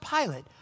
Pilate